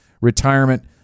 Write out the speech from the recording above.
retirement